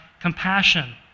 compassion